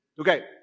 Okay